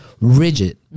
Rigid